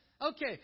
Okay